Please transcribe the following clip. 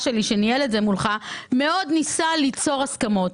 שלי שניהל את זה מולך מאוד ניסה ליצור הסכמות.